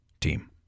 team